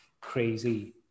crazy